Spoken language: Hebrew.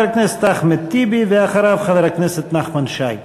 חבר הכנסת אחמד טיבי, ואחריו, חבר הכנסת נחמן שי.